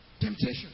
Temptation